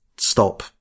stop